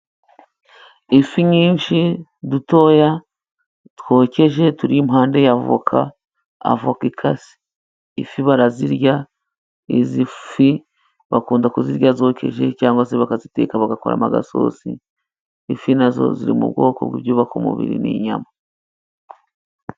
Ifi nyinshi ntoya zokeje ziri impande ya voka avoka akse. Ifi barazirya izi fi bakunda kuzirya zokeje cyangwa se bakaziteka bagakoramo agasosi. Ifi na zo ziri mu bwonko bw'ibyubaka umubiri, ni inyama.